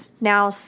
now